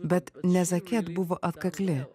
bet nezaket buvo atkakli